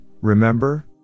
remember